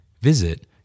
Visit